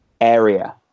area